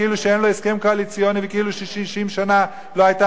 כאילו שאין לו הסכם קואליציוני וכאילו ש-60 שנה לא היתה